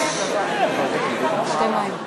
יש לי קושי לדבר.